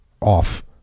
off